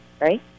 right